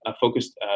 focused